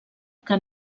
que